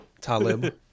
Talib